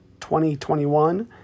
2021